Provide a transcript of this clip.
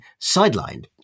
sidelined